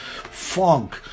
funk